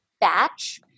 Batch